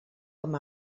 com